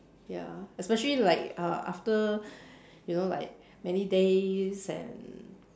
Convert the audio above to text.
ya especially like uh after you know like many days and